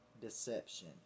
deception